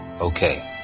Okay